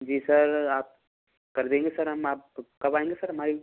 जी sir आप कर देंगे सर हम आप कब आएँगे सर हमारी